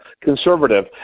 conservative